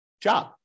job